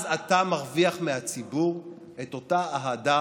אז אתה מרוויח מהציבור את אותה אהדה